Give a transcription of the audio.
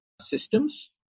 systems